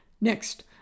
Next